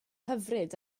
hyfryd